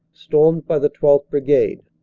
stormed by the twelfth. brigade.